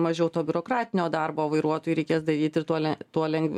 mažiau to biurokratinio darbo vairuotojui reikės daryti ir toliau tuo le tuo len